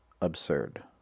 absurd